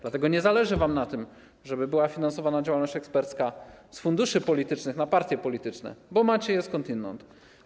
Dlatego nie zależy wam na tym, żeby była finansowana działalność ekspercka z funduszy politycznych na partie polityczne, bo macie je skądinąd.